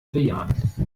bejahen